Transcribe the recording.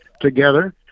together